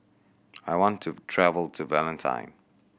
I want to travel to Vientiane